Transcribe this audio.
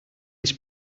his